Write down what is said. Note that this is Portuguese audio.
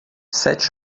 sete